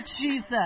jesus